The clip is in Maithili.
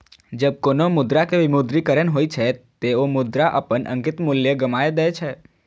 जब कोनो मुद्रा के विमुद्रीकरण होइ छै, ते ओ मुद्रा अपन अंकित मूल्य गमाय दै छै